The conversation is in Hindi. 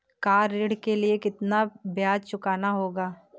कार ऋण के लिए कितना ब्याज चुकाना होगा?